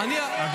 אדוני השר.